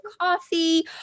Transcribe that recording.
coffee